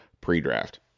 pre-draft